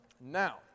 Now